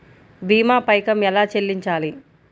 భీమా పైకం ఎలా చెల్లించాలి?